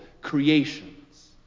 creations